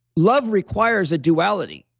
love requires a duality.